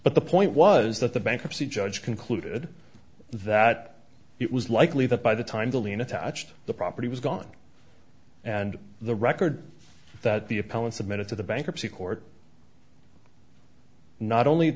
but the point was that the bankruptcy judge concluded that it was likely that by the time the leno touched the property was gone and the record that the appellant submitted to the bankruptcy court not only